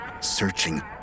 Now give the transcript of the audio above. searching